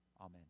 Amen